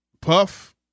Puff